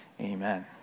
Amen